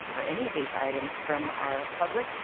or any of these items from our public,